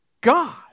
God